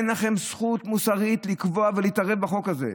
אין לכם זכות מוסרית לקבוע ולהתערב בחוק הזה.